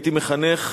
הייתי מחנך